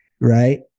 right